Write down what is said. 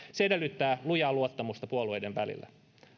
edellyttää lujaa luottamusta puolueiden välillä